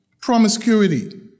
promiscuity